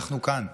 אנחנו כאן,